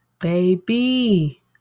Baby